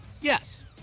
Yes